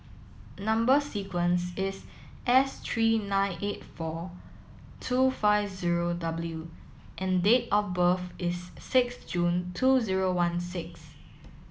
number sequence is S three nine eight four two five zero W and date of birth is six June two zero one six